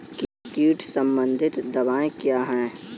कीट संबंधित दवाएँ क्या हैं?